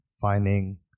finding